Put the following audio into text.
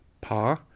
Pa